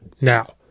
Now